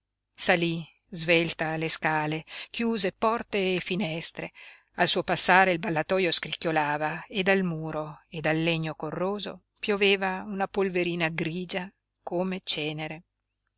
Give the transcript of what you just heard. salí svelta le scale chiuse porte e finestre al suo passare il ballatoio scricchiolava e dal muro e dal legno corroso pioveva una polverina grigia come cenere